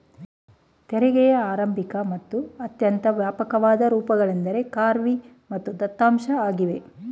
ತೆರಿಗೆಯ ಆರಂಭಿಕ ಮತ್ತು ಅತ್ಯಂತ ವ್ಯಾಪಕವಾದ ರೂಪಗಳೆಂದ್ರೆ ಖಾರ್ವಿ ಮತ್ತು ದತ್ತಾಂಶ ಆಗಿವೆ